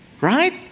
right